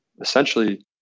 essentially